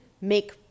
make